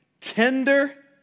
tender